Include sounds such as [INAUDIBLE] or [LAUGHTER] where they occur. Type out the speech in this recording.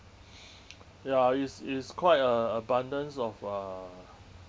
[NOISE] ya is is quite a abundance of uh